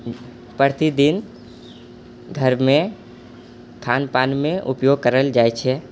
प्रतिदिन घरमे खान पानमे उपयोग करल जाइत छै